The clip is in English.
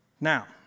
Now